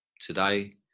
today